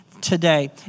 today